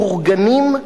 בורגנים?